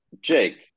jake